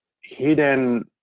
hidden